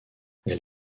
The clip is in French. elle